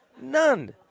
None